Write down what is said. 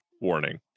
warning